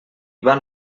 van